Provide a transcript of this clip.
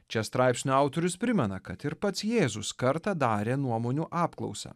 čia straipsnio autorius primena kad ir pats jėzus kartą darė nuomonių apklausą